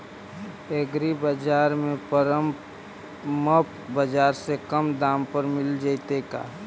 एग्रीबाजार में परमप बाजार से कम दाम पर मिल जैतै का?